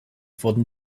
wurden